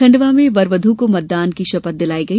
खण्डवा में वर वधू को मतदान की शपथ दिलाई गई